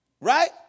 Right